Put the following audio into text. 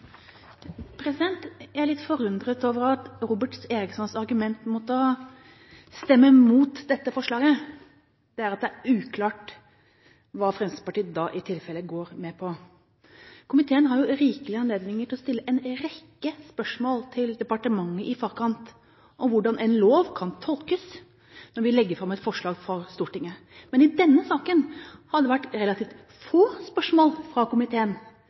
i tilfelle går med på. Komiteen har jo rikelige anledninger til i forkant å stille departementet en rekke spørsmål om hvordan en lov kan tolkes når vi legger fram et forslag for Stortinget. Men i denne saken har det vært relativt få spørsmål fra komiteen.